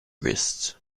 wrists